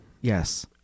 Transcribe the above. Yes